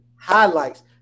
highlights